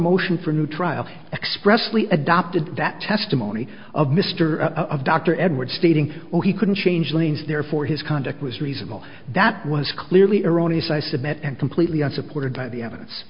motion for new trial expressly adopted that testimony of mr of dr edward stating he couldn't change lanes therefore his conduct was reasonable that was clearly erroneous i submit and completely unsupported by the evidence